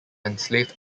enslaved